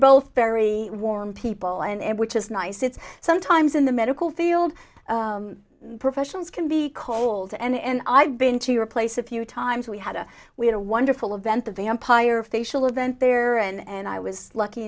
both very warm people and which is nice it's sometimes in the medical field professions can be cold and i've been to your place a few times we had a we had a wonderful event the vampire facial event there and i was lucky